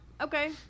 Okay